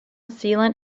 sealant